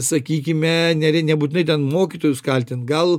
sakykime neri nebūtinai ten mokytojus kaltint gal